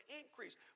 increase